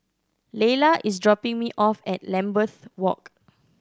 Leyla is dropping me off at Lambeth Walk